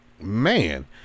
man